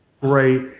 great